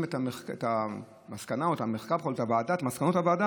את המסקנה או את המחקר או את מסקנות הוועדה,